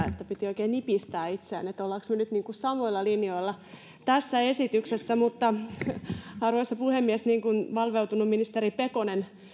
että piti oikein nipistää itseään että olemmeko me nyt niin kuin samoilla linjoilla tässä esityksessä arvoisa puhemies niin kuin valveutunut ministeri pekonen